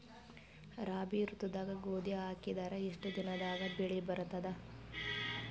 ರಾಬಿ ಋತುದಾಗ ಗೋಧಿ ಹಾಕಿದರ ಎಷ್ಟ ದಿನದಾಗ ಬೆಳಿ ಬರತದ?